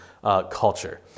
culture